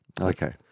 Okay